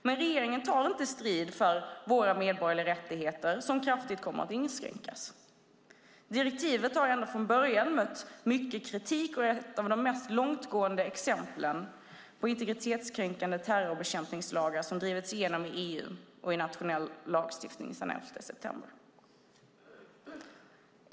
Men regeringen tar inte strid för våra medborgerliga rättigheter, som kraftigt kommer att inskränkas. Direktivet har ända från början mött mycket kritik och är ett av de mest långtgående exemplen på integritetskränkande terrorbekämpningslagar som drivits igenom i EU och i nationell lagstiftning sedan elfte september.